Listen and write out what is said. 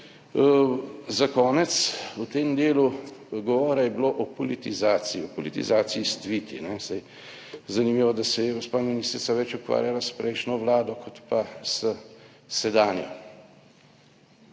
za konec v tem delu govora je bilo o politizaciji, o politizaciji s tviti, saj zanimivo, da se je gospa ministrica več ukvarjala s prejšnjo vlado, kot pa s sedanjo.